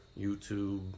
YouTube